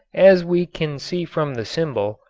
as we can see from the symbol,